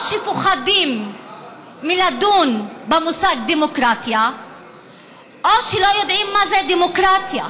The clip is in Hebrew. או שפוחדים מלדון במושג דמוקרטיה או שלא יודעים מה זה דמוקרטיה.